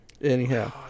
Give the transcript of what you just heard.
Anyhow